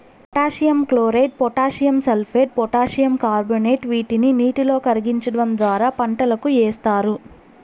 potassium chloride, potassium sulphate, potassium carbonate వీటిని నీటిలో కరిగించడం ద్వారా పంటలకు ఏస్తారు